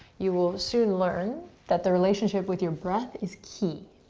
you will soon learn that the relationship with your breath is key.